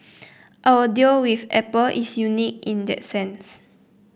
our deal with Apple is unique in that sense